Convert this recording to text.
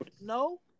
No